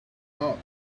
not